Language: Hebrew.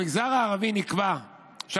לפי דוח המבקר, במגזר הערבי נקבע שהמדינה